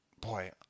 boy